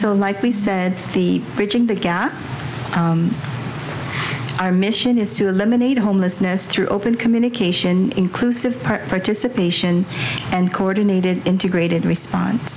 so like we said the bridging the gap our mission is to eliminate homelessness through open communication inclusive participation and coordinated integrated response